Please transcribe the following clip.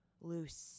loose